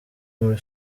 muri